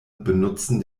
benutzen